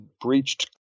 breached